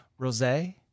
rosé